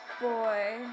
boy